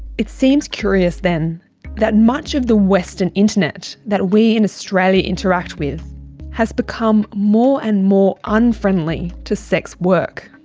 it seems curious then that much of the western internet that we in australia interacts with has become more and more unfriendly to sex work.